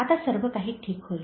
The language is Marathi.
"आता सर्व काही ठीक होईल